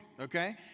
okay